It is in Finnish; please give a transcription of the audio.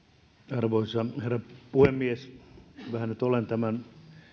arvoisa herra puhemies vähän nyt olen tämän